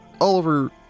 Oliver